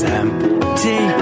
empty